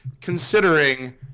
considering